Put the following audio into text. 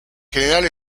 general